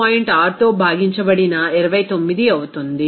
6తో భాగించబడిన 29 అవుతుంది